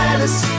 Alice